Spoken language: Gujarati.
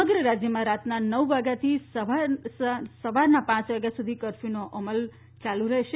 સમગ્ર રાજ્યમાં રાતના નવ વાગ્યાથી સવારના પાંચ વાગ્યા સુધી કરફ્યુનો અમલ કરાશે